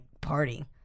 party